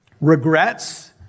regrets